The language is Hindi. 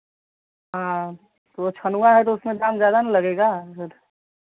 हाँ वह छनुआ है तो उसमे दाम ज़्यादा ना लगेगा